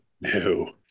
No